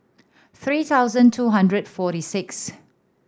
three thousand two hundred forty sixth